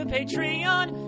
Patreon